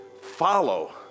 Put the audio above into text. follow